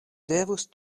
devus